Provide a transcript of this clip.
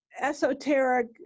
esoteric